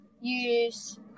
use